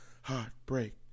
Heartbreak